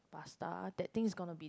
pasta that thing is gonna be